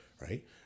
Right